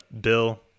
Bill